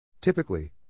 Typically